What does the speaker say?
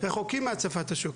אנחנו רחוקים מהצפת השוק.